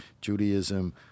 Judaism